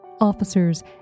Officers